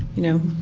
you know,